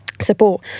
support